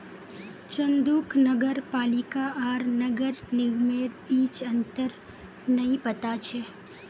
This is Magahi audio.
चंदूक नगर पालिका आर नगर निगमेर बीच अंतर नइ पता छ